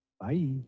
Bye